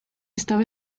estaba